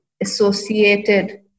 associated